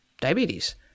diabetes